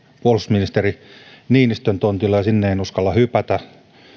puolustusministeri niinistön tontille ja sinne en uskalla hypätä